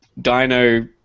dino